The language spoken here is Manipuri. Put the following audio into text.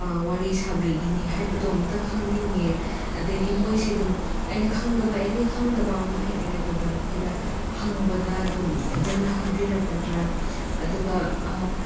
ꯋꯥꯔꯤ ꯁꯥꯕꯤꯒꯅꯤ ꯍꯥꯏꯕꯗꯣ ꯑꯝꯇ ꯈꯪꯅꯤꯡꯉꯦ ꯑꯗꯒꯤ ꯃꯣꯏꯁꯤ ꯑꯗꯨꯝ ꯑꯩꯅ ꯈꯪꯗꯕ ꯑꯦꯅꯤ ꯈꯪꯗꯕ ꯑꯃ ꯍꯦꯛ ꯂꯩꯕꯗ ꯃꯈꯣꯏꯗ ꯍꯪꯕꯗ ꯑꯗꯨꯝ ꯐꯖꯅ ꯍꯥꯏꯕꯤꯔꯛꯀꯗ꯭ꯔꯥ ꯑꯗꯨꯒ